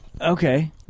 Okay